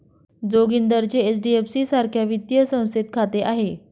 जोगिंदरचे एच.डी.एफ.सी सारख्या वित्तीय संस्थेत खाते आहे